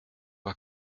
war